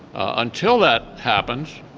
until that happens,